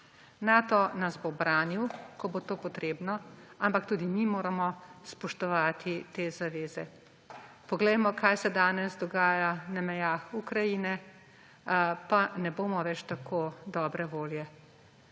Nato nas bo branil, ko bo to potrebno, ampak tudi mi moramo spoštovati te zaveze. Poglejmo, kaj se danes dogaja na mejah Ukrajine, pa ne bomo več tako dobre volje.